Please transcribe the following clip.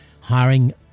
hiring